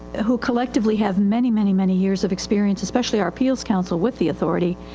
who collectively have many, many, many years of experience, especially our appeals counsel with the authority.